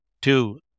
two